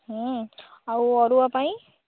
ହଁ ଆଉ ଅରୁଆ ପାଇଁ